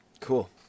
cool